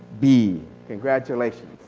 b. congratulations.